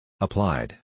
Applied